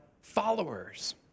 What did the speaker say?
followers